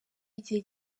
igihe